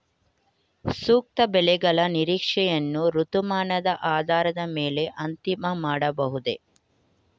ಸೂಕ್ತ ಬೆಳೆಗಳ ನಿರೀಕ್ಷೆಯನ್ನು ಋತುಮಾನದ ಆಧಾರದ ಮೇಲೆ ಅಂತಿಮ ಮಾಡಬಹುದೇ?